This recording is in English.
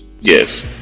Yes